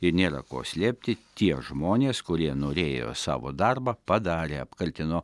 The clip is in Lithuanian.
ir nėra ko slėpti tie žmonės kurie norėjo savo darbą padarė apkaltino